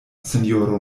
sinjoro